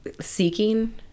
seeking